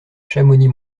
chamonix